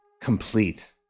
complete